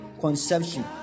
conception